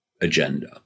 agenda